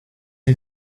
nie